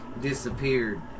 disappeared